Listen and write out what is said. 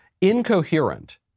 incoherent